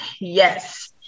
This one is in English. yes